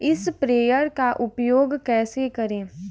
Sprayer का उपयोग कैसे करें?